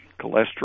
cholesterol